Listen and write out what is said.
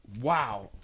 Wow